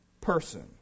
person